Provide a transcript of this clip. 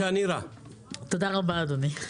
רבה, אדוני.